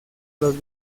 los